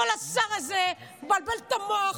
כל השר הזה מבלבל את המוח.